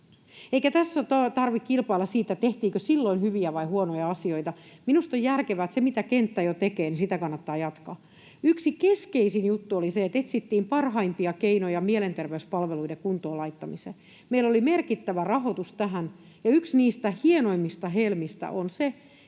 Eikä tässä tarvitse kilpailla siitä, tehtiinkö silloin hyviä vai huonoja asioita. Minusta on järkevää se, että sitä, mitä kenttä jo tekee, kannattaa jatkaa. Yksi keskeisin juttu oli se, että etsittiin parhaimpia keinoja mielenterveyspalveluiden kuntoon laittamiseen. Meillä oli merkittävä rahoitus tähän, ja yksi niistä hienoimmista helmistä on se,